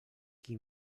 qui